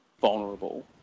vulnerable